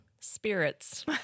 spirits